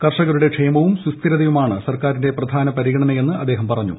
കർഷകരുടെ ക്ഷേമവും സുസ്ഥിരതയുമാണ് സർക്കാരിന്റെ പ്രധാന പരിഗണന എന്ന് അദ്ദേഹം പറഞ്ഞു